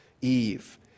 Eve